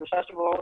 שלושה שבועות,